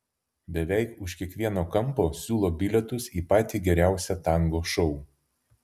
beveik už kiekvieno kampo siūlo bilietus į patį geriausią tango šou